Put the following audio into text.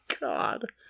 God